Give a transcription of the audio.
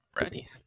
Ready